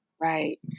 Right